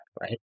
right